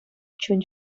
чун